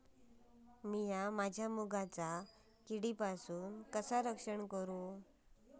मीया माझ्या मुगाचा किडीपासून कसा रक्षण करू?